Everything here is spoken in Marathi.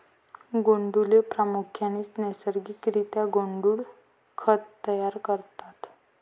गांडुळे प्रामुख्याने नैसर्गिक रित्या गांडुळ खत तयार करतात